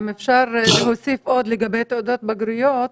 אם אפשר להוסיף לגבי תעודת הבגרות,